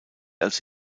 als